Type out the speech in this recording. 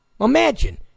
Imagine